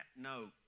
no